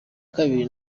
kabiri